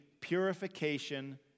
purification